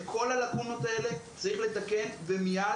את כל הלקונות האלה צריך לתקן ומיד.